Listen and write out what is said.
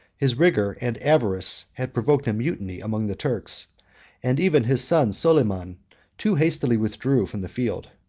his rigor and avarice had provoked a mutiny among the turks and even his son soliman too hastily withdrew from the field.